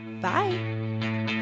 Bye